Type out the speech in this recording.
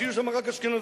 שיהיו שם רק אשכנזים.